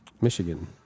Michigan